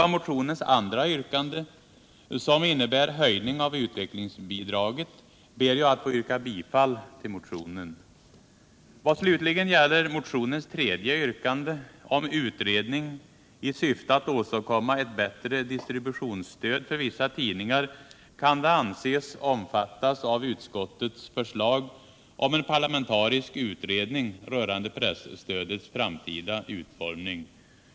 Motionens andra yrkande innebär en höjning av utvecklingsbidraget, och jag ber att få yrka bifall till detta yrkande. Motionens tredje yrkande om utredning i syfte att åstadkomma ett bättre distributionsstöd för vissa tidningar kan anses omfattas av utskottets förslag om en parlamentarisk utredning rörande presstödets framtida utformning.